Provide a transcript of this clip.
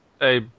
Hey